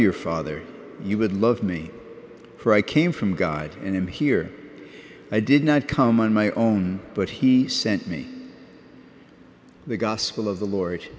your father you would love me for i came from god and i'm here i did not come on my own but he sent me the gospel of the lord